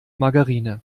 margarine